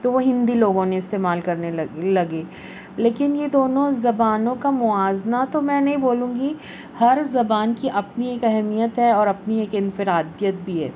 تو وہ ہندی لوگوں نے استعمال کرنے لگ لگے لیکن یہ دونوں زبانوں کا موازنہ تو میں نہیں بولوں گی ہر زبان کی اپنی ایک اہمیت ہے اور اپنی ایک انفرادیت بھی ہے